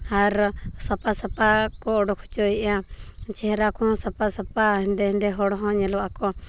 ᱟᱨ ᱥᱟᱯᱟ ᱥᱟᱯᱷᱟ ᱠᱚ ᱩᱰᱚᱠ ᱦᱚᱪᱚᱭᱮᱫᱼᱟ ᱪᱮᱦᱨᱟ ᱠᱷᱚᱱ ᱥᱟᱯᱟᱼᱥᱟᱹᱯᱷᱟ ᱦᱮᱸᱫᱮ ᱦᱮᱸᱫᱮ ᱦᱚᱲ ᱦᱚᱸ ᱧᱮᱞᱚᱜ ᱟᱠᱚ